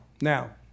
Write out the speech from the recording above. Now